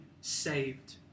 saved